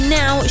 now